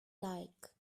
like